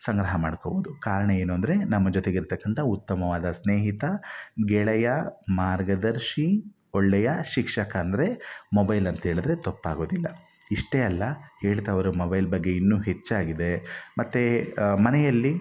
ಸಂಗ್ರಹ ಮಾಡ್ಕೊಳ್ಬೋದು ಕಾರಣ ಏನು ಅಂದರೆ ನಮ್ಮ ಜೊತೆಗೆ ಇರ್ತಕ್ಕಂಥ ಉತ್ತಮವಾದ ಸ್ನೇಹಿತ ಗೆಳೆಯ ಮಾರ್ಗದರ್ಶಿ ಒಳ್ಳೆಯ ಶಿಕ್ಷಕ ಅಂದರೆ ಮೊಬೈಲ್ ಅಂತ ಹೇಳಿದ್ರೆ ತಪ್ಪಾಗೋದಿಲ್ಲ ಇಷ್ಟೇ ಅಲ್ಲ ಹೇಳ್ತಾ ಹೋದ್ರೆ ಮೊಬೈಲ್ ಬಗ್ಗೆ ಇನ್ನು ಹೆಚ್ಚಾಗಿದೆ ಮತ್ತು ಮನೆಯಲ್ಲಿ